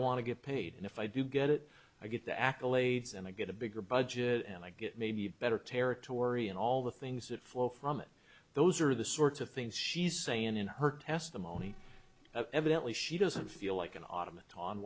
want to get paid and if i do get it i get the accolades and i get a bigger budget and i get maybe better territory and all the things that flow from it those are the sorts of things she's saying in her testimony evidently she doesn't feel like an aut